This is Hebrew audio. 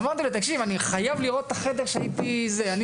אמרתי לו שאני חייב לראות את החדר שהייתי בו.